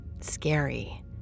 scary